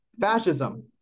fascism